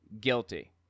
guilty